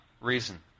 reason